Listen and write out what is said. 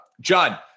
John